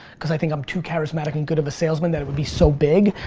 cause i think i'm too charismatic and good of a salesman, that it would be so big,